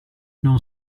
non